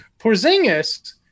Porzingis